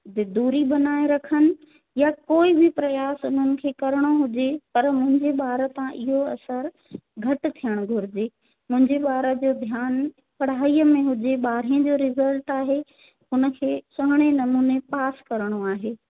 the दूरी बणाए रखनि या कोई बि प्रयास हुननि खे करिणो हुजे पर मुंहिंजे ॿार तां इहो असरु घटि थियणु घुरिजे मुंहिंजे ॿार जो ध्यानु पढ़ाईअ में हुजे ॿारहें जो रिज़ल्ट आहे हुन खे सुहिणे नमूने पास करिणो आहे